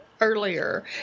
earlier